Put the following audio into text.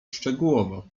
szczegółowo